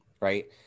right